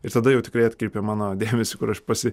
ir tada jau tikrai atkreipė mano dėmesį kur aš pasi